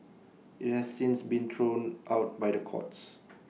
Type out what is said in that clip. IT has since been thrown out by the courts